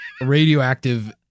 radioactive